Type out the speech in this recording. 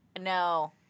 No